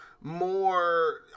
more